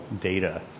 data